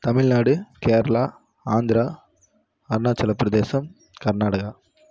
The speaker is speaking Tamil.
தமிழ்நாடு கேரளா ஆந்திரா அருணாச்சலப் பிரதேஷம் கர்நாடகா